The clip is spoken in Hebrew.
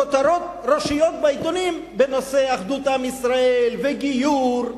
כותרות ראשיות בעיתונים בנושא אחדות עם ישראל וגיור.